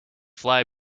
fly